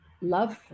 love